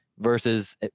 Versus